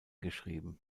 geschrieben